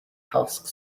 task